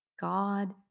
God